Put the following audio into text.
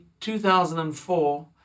2004